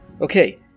Okay